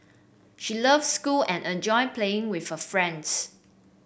she loves school and enjoy playing with her friends